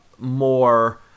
more